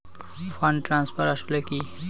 Fund transfer আসলে কী?